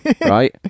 right